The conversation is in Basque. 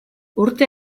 urte